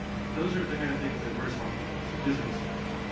those are the kind of things that we're responsible for. so, physical security.